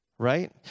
Right